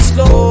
Slow